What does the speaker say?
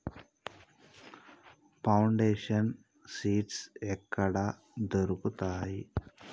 Foundation seeds ఎక్కడ దొరుకుతాయి?